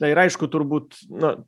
na ir aišku turbūt na